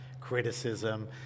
criticism